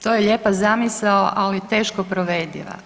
To je lijepa zamisao, ali teško provediva.